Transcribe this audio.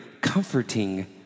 comforting